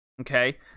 Okay